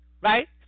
right